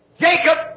Jacob